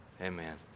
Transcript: Amen